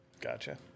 Gotcha